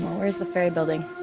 where's the ferry building?